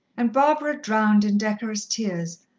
and barbara drowned in decorous tears,